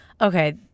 Okay